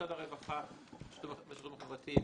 משרד הרווחה והשירותים החברתיים,